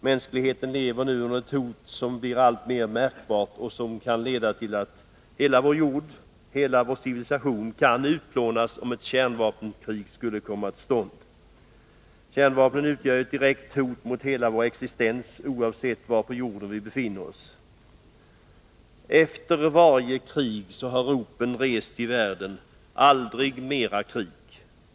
Mänskligheten lever nu under ett hot som blir alltmer märkbart och som kan leda till att hela vår jord, hela vår civilisation kan utplånas i ett kärnvapenkrig. Kärnvapnen utgör ett direkt hot mot hela vår existens, oavsett var på jorden vi befinner oss. Efter varje krig har ropen rests i världen: Aldrig mera krig!